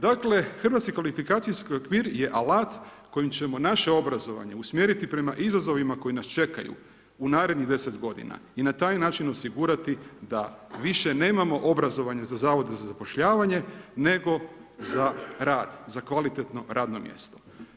Dakle hrvatski kvalifikacijski okvir je alat kojim ćemo naše obrazovanje usmjeriti prema izazovima koji nas čekaju u narednih 10 godina i na taj način osigurati da više nemamo obrazovanje sa Zavoda za zapošljavanje, nego za rad, za kvalitetno radno mjesto.